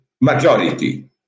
majority